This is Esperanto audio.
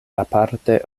aparte